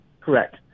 Correct